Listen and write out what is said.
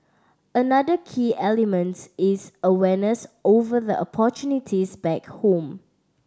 another key elements is awareness over the opportunities back home